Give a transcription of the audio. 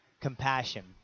compassion